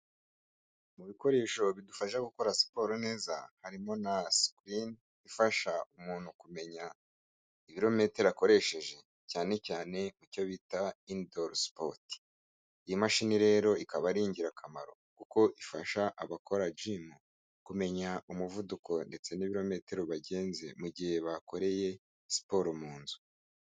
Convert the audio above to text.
Mu bikoresho bidufasha gukora siporo neza harimo na sikirini ifasha umuntu kumenya ibirometero akoresheje cyane cyane kicyo bita indosipoti, iyi mashini rero ikaba ari ingirakamaro kuko ifasha abakora gimu kumenya umuvuduko ndetse n'ibirometero bagenzi mu gihe bakoreye siporo mu nzu.